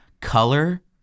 color